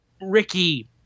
Ricky